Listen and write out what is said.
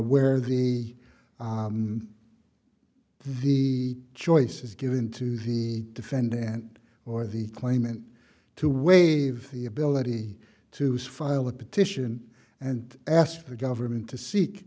where the the choice is given to the defendant or the claimant to waive the ability to file a petition and ask for the government to seek